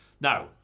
Now